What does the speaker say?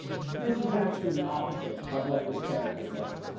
this is actually the opposite of what this character thinks.